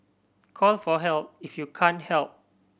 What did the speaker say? call for help if you can't help